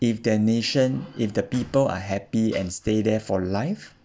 if their nation if the people are happy and stay there for life